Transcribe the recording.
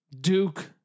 Duke